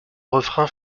refrain